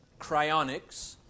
cryonics